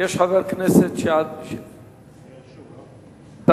יש חבר כנסת, אני רשום, לא?